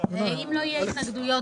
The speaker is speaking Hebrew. אין שום הבדל.